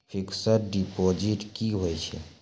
Fixed deposit की होय छै?